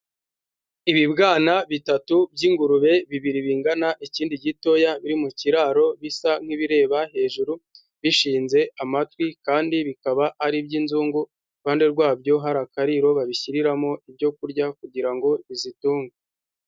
Ibibwana bitatu by'ingurube, bibiri bingana, ikindi gitoya, biri mu kiraro bisa nk'ibireba hejuru bishinze amatwi, kandi bikaba ari iby'inzungu. Ku ruhande rwabyo hari akariro babishyiriramo ibyo kurya, kugira ngo bizitunge.